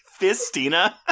Fistina